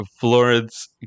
Florence